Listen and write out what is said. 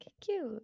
cute